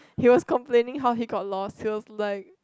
he was complaining how he got lost he was like